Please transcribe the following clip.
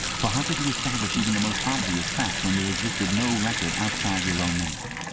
for how could you establish even the most obvious fact when there existed no record outside your own memory?